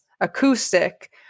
acoustic